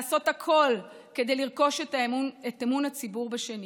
לעשות הכול כדי לרכוש את אמון הציבור בשנית.